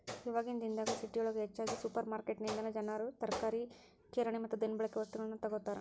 ಇವಾಗಿನ ದಿನದಾಗ ಸಿಟಿಯೊಳಗ ಹೆಚ್ಚಾಗಿ ಸುಪರ್ರ್ಮಾರ್ಕೆಟಿನಿಂದನಾ ಜನರು ತರಕಾರಿ, ಕಿರಾಣಿ ಮತ್ತ ದಿನಬಳಿಕೆ ವಸ್ತುಗಳನ್ನ ತೊಗೋತಾರ